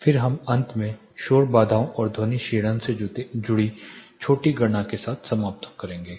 फिर हम अंत में शोर बाधाओं और ध्वनि क्षीणन से जुड़ी छोटी गणना के साथ समाप्त करेंगे